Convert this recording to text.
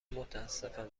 متاسفم